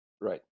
Right